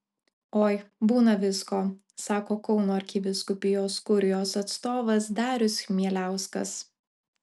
oi būna visko sako kauno arkivyskupijos kurijos atstovas darius chmieliauskas